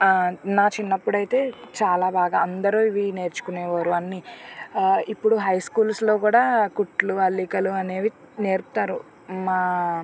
నా చిన్నప్పుడైతే చాలా బాగా అందురు ఇవి నేర్చుకునే వారు అన్నీ ఇప్పుడు హై స్కూల్స్లో కూడా కుట్లు అల్లికలు అనేవి నేర్పుతారు మా